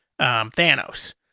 Thanos